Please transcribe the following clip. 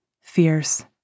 fierce